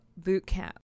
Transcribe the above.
Bootcamp